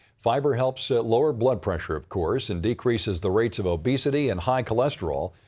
fiber helps lower blood pressure, of course, and decreases the rates of obesity and high cholesterol.